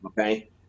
Okay